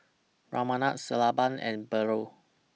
Ramanand Sellapan and Bellur